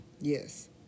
Yes